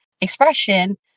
expression